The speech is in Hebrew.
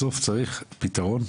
בסוף צריך פתרון.